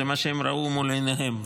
זה מה שהם ראו מול עיניהם.